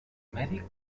mèdic